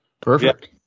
perfect